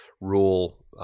Rule